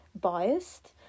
biased